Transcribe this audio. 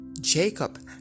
Jacob